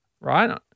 right